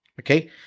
okay